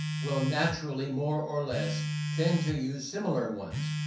will naturally more or less tend to use similar ones.